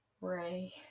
Ray